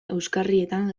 euskarrietan